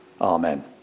Amen